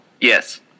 Yes